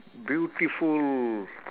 beautiful